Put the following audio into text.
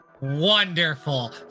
Wonderful